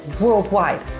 worldwide